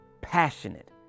passionate